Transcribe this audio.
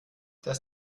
das